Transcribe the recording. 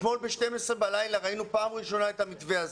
אתמול ב-12:00 בלילה ראינו פעם ראשונה את המתווה הזה.